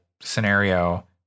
scenario